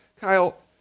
Kyle